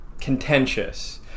contentious